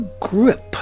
grip